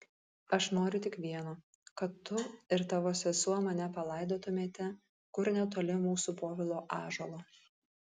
aš noriu tik vieno kad tu ir tavo sesuo mane palaidotumėte kur netoli mūsų povilo ąžuolo